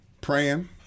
Praying